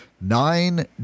Nine